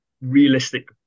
realistic